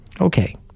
Okay